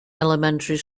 elementary